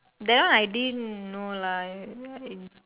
that one I didn't know lah I I